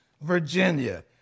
Virginia